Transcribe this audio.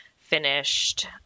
finished